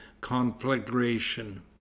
conflagration